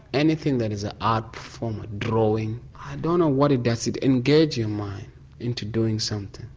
anything that is an art form, ah drawing. i don't know what it does, it engages your mind into doing something,